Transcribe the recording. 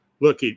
look